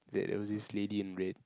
that there was this lady in red